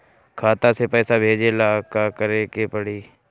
खाता से पैसा भेजे ला का करे के पड़ी?